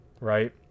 right